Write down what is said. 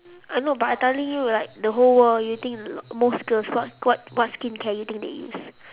I know but I telling you like the whole world you think most girls what what what skincare you think they use